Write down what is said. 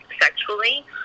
sexually